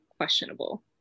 questionable